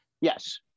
Yes